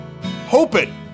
hoping